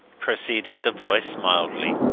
proceeded the voice mildly.